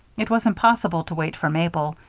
it was impossible to wait for mabel,